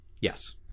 Yes